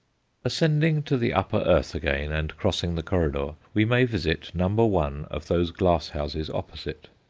ascending to the upper earth again, and crossing the corridor, we may visit number one of those glass-houses opposite.